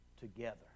together